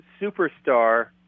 superstar